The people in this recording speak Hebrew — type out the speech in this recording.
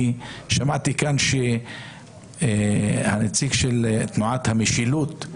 שמעתי כאן את הנציג של תנועת המשילות,